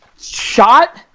shot